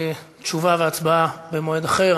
תשובה והצבעה במועד אחר.